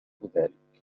ذلك